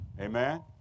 Amen